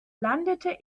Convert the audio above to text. landete